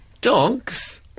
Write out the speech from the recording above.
Dogs